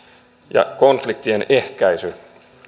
ja konfliktien ehkäisy